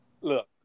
look